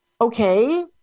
Okay